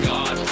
God